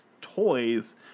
toys